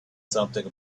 something